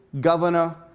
governor